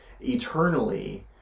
eternally